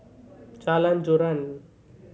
Jalan Joran